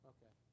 Okay